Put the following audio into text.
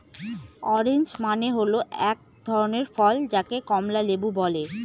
orange মানে হল এক ধরনের ফল যাকে কমলা লেবু বলে